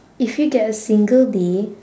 if you get a single day